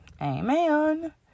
Amen